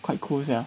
quite cool sia